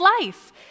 life